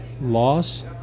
loss